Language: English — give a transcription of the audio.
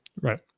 right